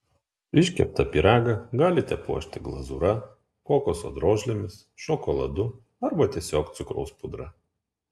iškeptą pyragą galite puošti glazūra kokoso drožlėmis šokoladu arba tiesiog cukraus pudra